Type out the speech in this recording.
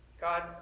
god